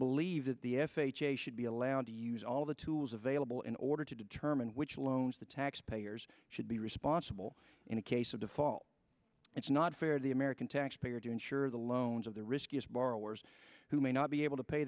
believe that the f h a should be allowed to use all the tools available in order to determine which loans the taxpayers should be responsible in a case of default it's not fair to the american taxpayer to insure the loans of the riskiest borrowers who may not be able to pay